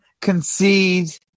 concede